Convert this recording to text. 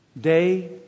Day